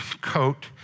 coat